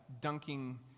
dunking